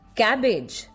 cabbage